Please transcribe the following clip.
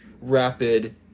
rapid –